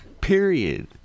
period